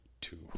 two